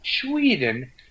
Sweden